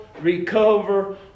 recover